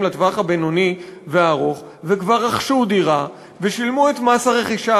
לטווח הבינוני והארוך וכבר רכשו דירה ושילמו את מס הרכישה